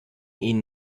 ihn